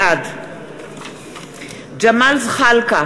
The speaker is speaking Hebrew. בעד ג'מאל זחאלקה,